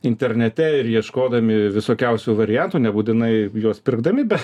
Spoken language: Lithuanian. internete ir ieškodami visokiausių variantų nebūtinai juos pirkdami bet